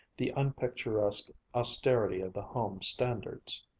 the unpicturesque austerity of the home standards.